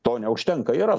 to neužtenka yra